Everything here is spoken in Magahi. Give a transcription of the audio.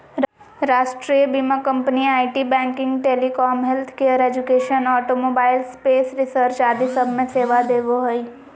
राष्ट्रीय बीमा company IT, banking, telecom, healthcare, education, automobile, space research आदि सब मे सेवा देवो हय